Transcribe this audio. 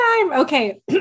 Okay